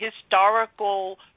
historical